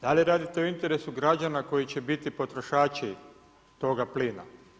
Da li radite u interesu građana koji će biti potrošači toga plina?